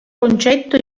concetto